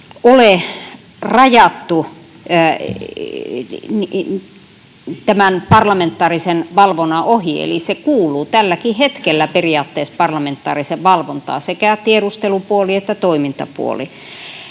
ole rajattu tämän parlamentaarisen valvonnan ulkopuolelle, eli se kuuluu tälläkin hetkellä periaatteessa parlamentaariseen valvontaan, sekä tiedustelupuoli että toimintapuoli.